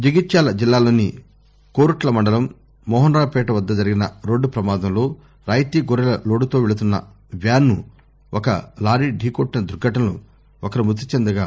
జగిత్యాల జిల్లాలోని కోరుట్ల మండలం మోహన్రావుపేట వద్ద జరిగిన రోడ్టు ప్రమాదం లో రాయితీ గౌరెల లోడుతో వెళ్తున్న వ్యానును ఓ లారీ ఢీకొట్టిన దుర్ఘటనలో ఒకరు మ్బతిచెందగా